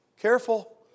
Careful